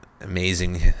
amazing